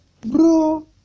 bro